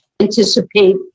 Anticipate